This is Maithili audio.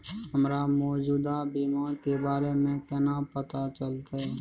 हमरा मौजूदा बीमा के बारे में केना पता चलते?